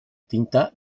tinta